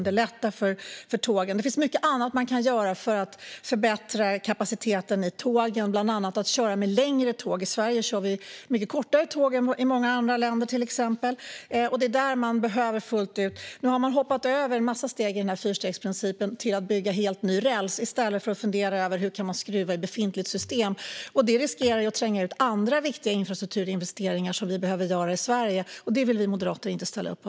Det finns mycket annat man kan göra för att förbättra tågens kapacitet, bland annat att köra med längre tåg. I Sverige kör vi med mycket kortare tåg än i många andra länder. Det är där man behöver satsa. Nu har man hoppat över en massa steg i fyrstegsprincipen för att bygga helt ny räls i stället för att fundera på hur man kan skruva i det befintliga systemet. Det riskerar att tränga ut andra viktiga infrastrukturinvesteringar som vi behöver göra i Sverige. Det vill inte vi moderater ställa upp på.